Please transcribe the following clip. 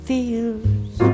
Feels